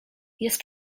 jest